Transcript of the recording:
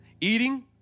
eating